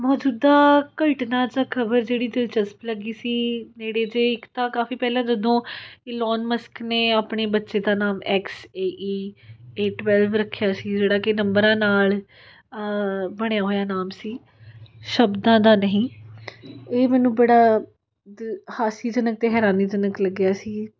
ਮੌਜੂਦਾ ਘਟਨਾ ਜਾਂ ਖਬਰ ਜਿਹੜੀ ਦਿਲਚਸਪ ਲੱਗੀ ਸੀ ਨੇੜੇ ਜੇ ਇੱਕ ਤਾਂ ਕਾਫੀ ਪਹਿਲਾਂ ਜਦੋਂ ਅਲੋਨ ਮਸਕ ਨੇ ਆਪਣੇ ਬੱਚੇ ਦਾ ਨਾਮ X A E A twelve ਰੱਖਿਆ ਸੀ ਜਿਹੜਾ ਕਿ ਨੰਬਰਾਂ ਨਾਲ ਬਣਿਆ ਹੋਇਆ ਨਾਮ ਸੀ ਸ਼ਬਦਾਂ ਦਾ ਨਹੀਂ ਇਹ ਮੈਨੂੰ ਬੜਾ ਦ ਹਾਸਜਨਕ ਅਤੇ ਹੈਰਾਨੀਜਨਕ ਲੱਗਿਆ ਸੀ